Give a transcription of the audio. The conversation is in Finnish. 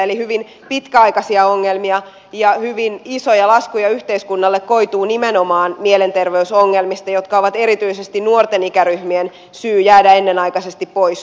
eli hyvin pitkäaikaisia ongelmia ja hyvin isoja laskuja yhteiskunnalle koituu nimenomaan mielenterveysongelmista jotka ovat erityisesti nuorten ikäryhmien syy jäädä ennenaikaisesti pois työelämästä